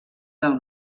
del